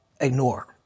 ignore